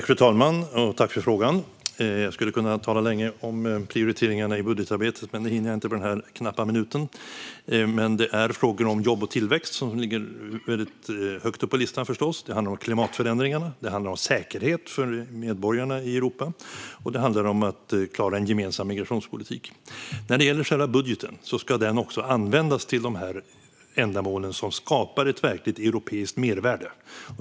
Fru talman! Tack, ledamoten, för frågan! Jag skulle kunna tala länge om prioriteringarna i budgetarbetet, men det hinner jag inte på den här knappa minuten. Men det är frågor om jobb och tillväxt som ligger högt upp på listan, förstås. Det handlar om klimatförändringarna, om säkerhet för medborgarna i Europa och om att klara en gemensam migrationspolitik. Själva budgeten ska också användas till ändamål som skapar ett europeiskt mervärde.